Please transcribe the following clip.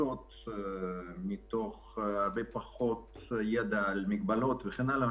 עצות מתוך הרבה פחות ידע, מגבלות וכן הלאה.